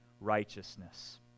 righteousness